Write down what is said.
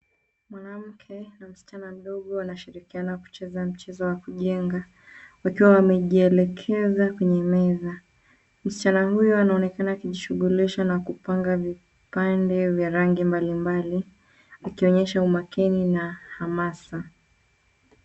Mwanamke na msichana mdogo wanashirikiana kucheza mchezo wa kujenga wakiwa wamejielekeza kwenye meza. Msichana huyo anaonekana akijishughulisha na kupanga vipande vya rangi mbalimbali akionyesha umakini na hamasa.